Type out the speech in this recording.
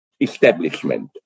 establishment